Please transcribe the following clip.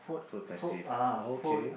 food festival oh okay